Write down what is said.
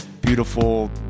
beautiful